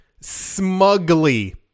smugly